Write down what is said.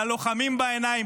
ללוחמים בעיניים,